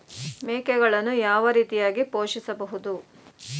ಮೇಕೆಗಳನ್ನು ಯಾವ ರೀತಿಯಾಗಿ ಪೋಷಿಸಬಹುದು?